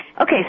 Okay